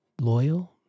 loyal